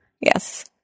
Yes